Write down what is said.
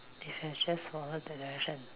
if you had just follow directions